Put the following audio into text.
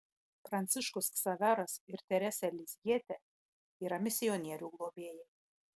pranciškus ksaveras ir terese lizjiete yra misionierių globėjai